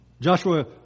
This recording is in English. Joshua